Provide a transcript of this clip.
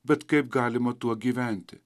bet kaip galima tuo gyventi